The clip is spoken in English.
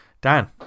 Dan